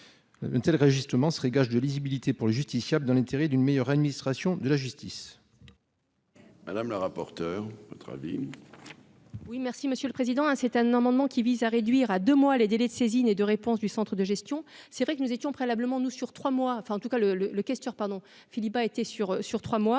une telle réajustements serait gage de lisibilité pour les justiciables, dans l'intérêt d'une meilleure administration de la justice. Madame la rapporteure votre avis. Oui, merci Monsieur le Président, hein, c'est un amendement qui vise à réduire à deux mois les délais de saisine et de réponse du Centre de gestion, c'est vrai que nous étions préalablement nous sur trois mois, enfin en tout cas le le le questeur pardon Philippe a été sur sur 3 mois,